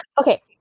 Okay